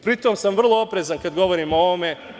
Pri tom sam vrlo oprezan kada govorim o ovome.